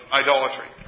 idolatry